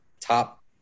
top